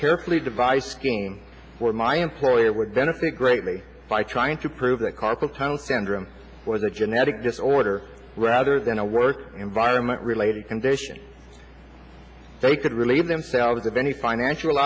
carefully devise scheme where my employer would benefit greatly by trying to prove that carpal tunnel syndrome was a genetic disorder rather than a work environment related condition they could relieve themselves of any financial